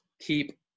keep